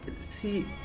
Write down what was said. see